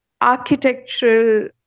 architectural